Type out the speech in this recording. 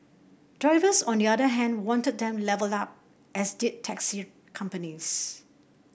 drivers on the other hand wanted them levelled up as did taxi companies